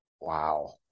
Wow